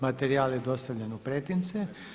Materijal je dostavljen u pretince.